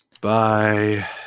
Bye